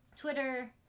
Twitter